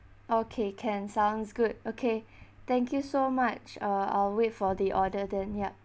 okay can sounds good okay thank you so much uh I'll wait for the order then yup